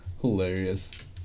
Hilarious